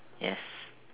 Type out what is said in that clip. yes